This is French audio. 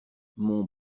mon